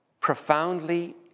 profoundly